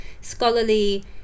scholarly